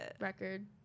record